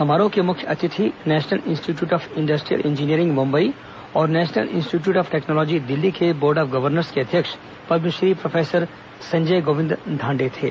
समारोह के मुख्य अतिथि National Institute of Industrial Engineering Mumbai और National Institute of Technology Delhi के बोर्ड ऑफ गवर्नर्स के अध्यक्ष पद्मश्री प्रोफेसर संजय गोविंद धांडे थे